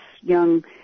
young